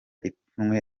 ipfunwe